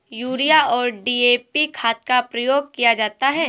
urea और DAP खाद का प्रयोग किया जाता है